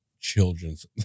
children's